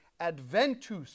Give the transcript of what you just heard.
adventus